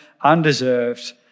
undeserved